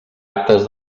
actes